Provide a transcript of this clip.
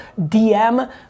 DM